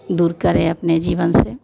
दूर करे अपने जीवन से